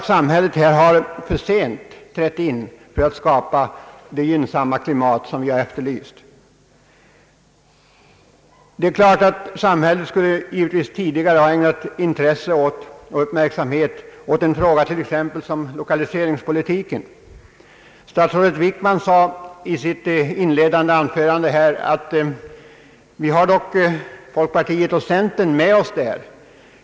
Samhället har trätt in för sent för att skapa det gynnsamma klimat som vi har efterlyst. Samhället borde också tidigare ha ägnat intresse och uppmärksamhet åt t.ex. lokaliseringspolitiken. I sitt inledande anförande sade statsrådet Wickman att man på den punkten hade centerpartiet och folkpartiet med sig.